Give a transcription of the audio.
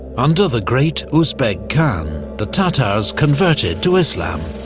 under the great uzbeg khan, the tatars converted to islam.